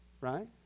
Right